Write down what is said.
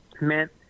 meant